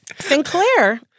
Sinclair